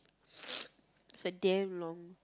it's like damm long